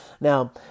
Now